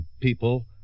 people